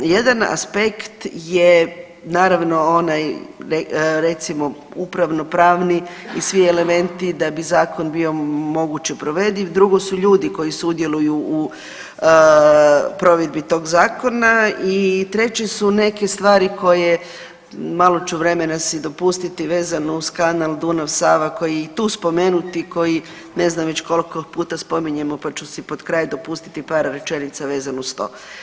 Jedan aspekt je naravno onaj recimo upravno pravni i svi elementi da bi zakon bio moguće provediv, drugo su ljudi koji sudjeluju u provedbi tog zakona i treće su neke stvari koje, malo ću vremena si dopustiti vezano uz kanal Dunav-Sava koji je i tu spomenut i koji ne znam već kolko puta spominjemo, pa ću si potkraj dopustiti par rečenica vezano uz to.